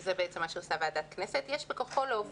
וזה בעצם מה שעושה ועדת כנסת יש בכוחו להוביל